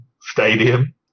stadium